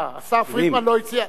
מה, השר פרידמן לא הציע?